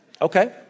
Okay